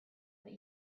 but